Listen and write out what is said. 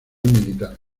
militar